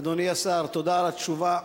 אדוני השר, תודה על התשובה.